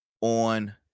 on